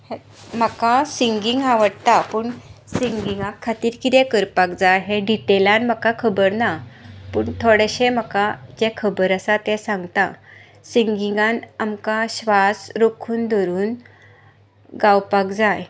म्हाका सिंगींग आवडटा पूण सिंगिगा खातीर कितें करपाक जाय हें डिटेलान म्हाका खबर ना पूण थोडेंशें म्हाका जें खबर आसा तें सांगता सिंगिगान आमकां श्वास रोखून धरून गावपाक जाय